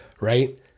right